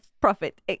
profit